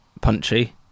punchy